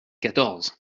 quatorze